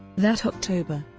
that october,